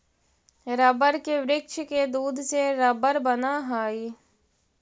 rubber के वृक्ष के दूध से रबर बनऽ हई